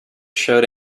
showed